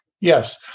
Yes